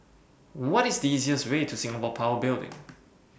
What IS The easiest Way to Singapore Power Building